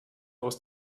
aus